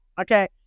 Okay